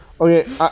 okay